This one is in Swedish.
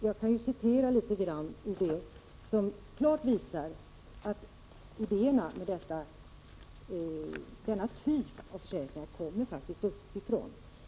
Jag kan ur det citera en passus som klart visar att idén till denna typ av försäkringar faktiskt kom uppifrån.